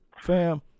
fam